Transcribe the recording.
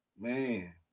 Man